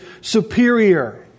superior